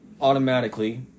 Automatically